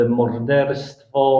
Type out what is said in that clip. morderstwo